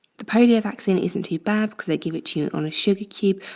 the polio vaccine isn't too bad because they give it to you on a sugar cube,